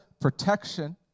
protection